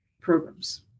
programs